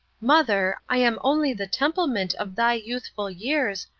mother, i am only the templement of thy youthful years,